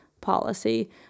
policy